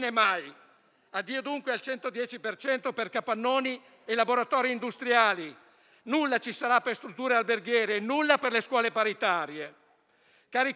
Addio, dunque, al 110 per cento per capannoni e laboratori industriali; nulla ci sarà per strutture alberghiere e nulla per le scuole paritarie. Cari colleghi,